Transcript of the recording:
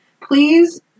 please